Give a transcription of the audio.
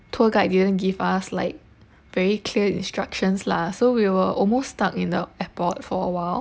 tour guide didn't give us like very clear instructions lah so we were almost stuck in the airport for awhile